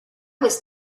was